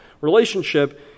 relationship